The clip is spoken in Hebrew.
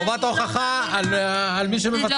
חובת ההוכחה על מי שמבצע.